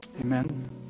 Amen